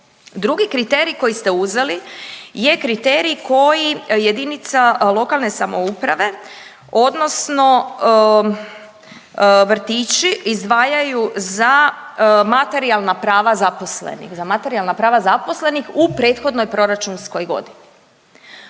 Drugi kriterij koji ste uzeli je kriterij koji jedinica lokalne samouprave odnosno vrtići izdvajaju za materijalna prava zaposlenih, za materijalna prava zaposlenih